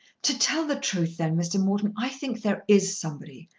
to tell the truth then, mr. morton, i think there is somebody,